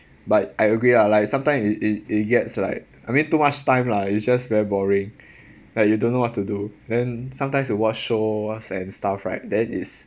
but I agree lah like sometimes it it it gets like I mean too much time lah it's just very boring like you don't know what to do then sometimes you watch shows and stuff right then is